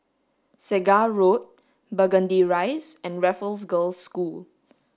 Segar Road Burgundy Rise and Raffles Girls' School